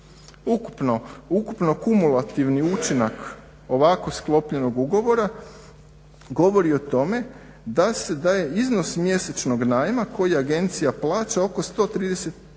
Ukupno kumulativni učinak ovako sklopljenog ugovora govori o tome da se daje iznos mjesečnog najma koji agencija plaća oko 134